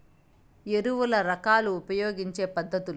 ఎరువుల రకాలు ఉపయోగించే పద్ధతులు?